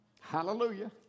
Hallelujah